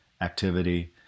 activity